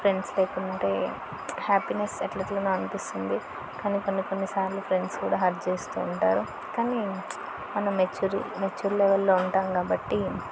friends లేకుంటే happiness ఎట్ల ఎట్లనో అనిపిస్తుంది కానీ కొన్ని కొన్ని సార్లు ఫ్రెండ్స్ కూడా హర్ట్ చేస్తు ఉంటారు కానీ మెచ్యూరి మెచ్యూర్ లెవెల్లో ఉంటాం కాబట్టి